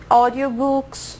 audiobooks